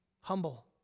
Humble